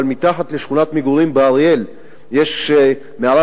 אבל מתחת לשכונת מגורים באריאל יש מערת